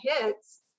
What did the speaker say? hits